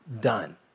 done